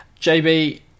JB